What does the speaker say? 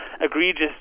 egregious